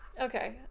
Okay